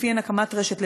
ולפיהן הקמת רשת,